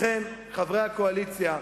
לכן, חברי הקואליציה,